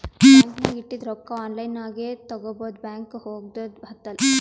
bank ನಾಗ್ ಇಟ್ಟಿದು ರೊಕ್ಕಾ ಆನ್ಲೈನ್ ನಾಗೆ ತಗೋಬೋದು ಬ್ಯಾಂಕ್ಗ ಹೋಗಗ್ದು ಹತ್ತಲ್